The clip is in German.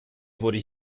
wurde